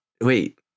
wait